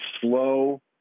slow